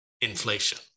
inflation